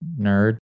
nerd